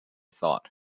thought